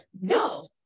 no